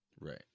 Right